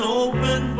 open